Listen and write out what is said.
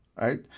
Right